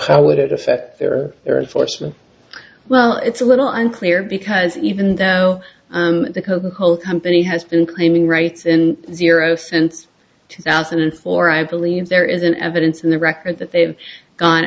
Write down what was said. how would it affect their fortune well it's a little unclear because even though the coca cola company has been claiming rights in zero since two thousand and four i believe there is an evidence in the record that they've gone